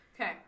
Okay